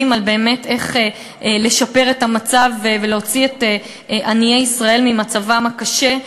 על איך לשפר את המצב ולהוציא את עניי ישראל ממצבם הקשה.